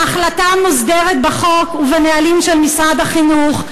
ההחלטה מוסדרת בחוק ובנהלים של משרד החינוך.